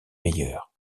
meilleure